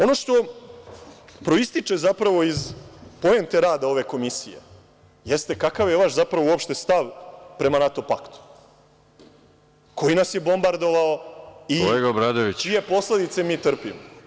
Ono što proističe zapravo iz poente rada ove komisije jeste – kakav je zapravo vaš stav prema NATO paktu, koji nas je bombardovao i čije posledice mi trpimo?